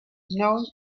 known